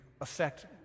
affect